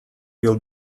will